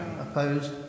Opposed